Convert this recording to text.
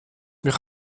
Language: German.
mich